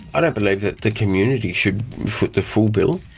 ah don't believe that the community should foot the full bill.